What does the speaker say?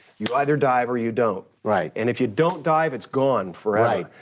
you either dive or you don't. right. and if you don't dive it's gone forever. right.